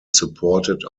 supported